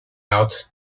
out